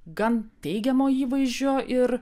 gan teigiamo įvaizdžio ir